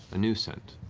a new scent.